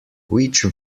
which